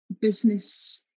business